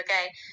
Okay